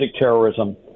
terrorism